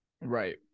Right